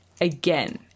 Again